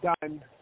done